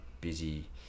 busy